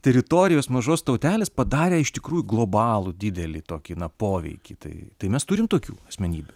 teritorijos mažos tautelės padarė iš tikrųjų globalų didelį tokį na poveikį tai tai mes turim tokių asmenybių